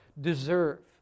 deserve